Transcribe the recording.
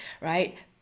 right